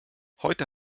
heute